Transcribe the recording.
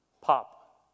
pop